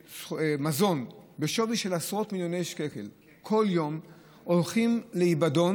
מזון בשווי של עשרות מיליוני שקל כל יום הולך לאבדון